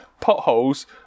potholes